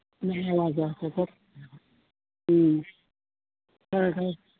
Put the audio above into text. ꯎꯝ